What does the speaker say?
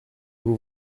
vous